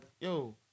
yo